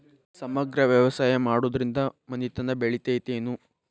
ಸಮಗ್ರ ವ್ಯವಸಾಯ ಮಾಡುದ್ರಿಂದ ಮನಿತನ ಬೇಳಿತೈತೇನು?